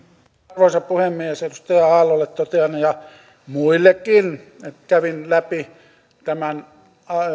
arvoisa puhemies edustaja aallolle totean ja muillekin että kävin läpi tämän